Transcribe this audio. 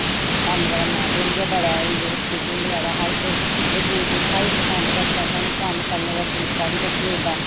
कम्म दा माध्यम बड़ा ऐ स्टिचिंग बगैरा इक एह् यूट्यूब जेहका इक कम्म दसदा सानू कम्म करने दा तरीका बी दस्सी ओड़दा